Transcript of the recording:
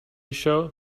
show